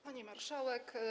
Pani Marszałek!